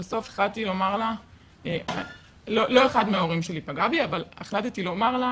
לא אחד מההורים שלי פגע בי אבל החלטתי לומר לה